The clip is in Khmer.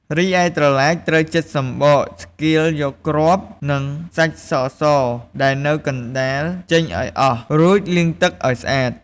រីឯត្រឡាចត្រូវចិតសំបក ឆ្កៀលយកគ្រាប់ និងសាច់សៗ ដែលនៅកណ្តាលចេញឱ្យអស់ រួចលាងទឹកឱ្យស្អាត។